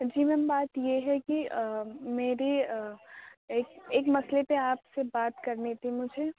جی ma'am بات یہ ہے کہ میری ایک ایک مسئلے پر آپ سے بات کرنی تھی مجھے